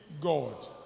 God